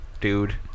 dude